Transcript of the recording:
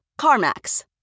CarMax